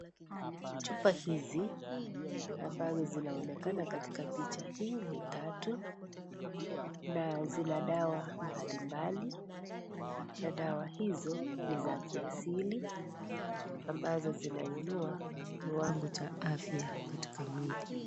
Chupa hizi, ambazo zinaonekana katika picha hii, ni tatu na zina dawa mbalimbali. Na dawa hizo ni za kiasili, ambazo zinainua kiwango cha afya katika mwili.